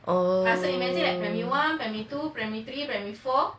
oh